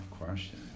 question